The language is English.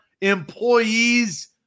employees